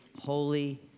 holy